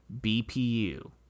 BPU